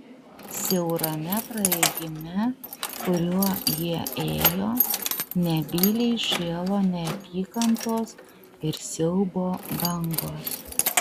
siaurame praėjime kuriuo jie ėjo nebyliai šėlo neapykantos ir siaubo bangos